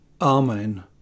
Amen